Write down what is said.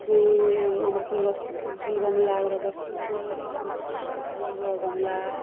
pay ଆମର ଫୁଲ ଗ ଫୁଲ ଗମଲାର ଗ ଫୁଲ ଗୁସ୍ ଫୁଲର ଗମଲା